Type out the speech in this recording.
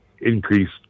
increased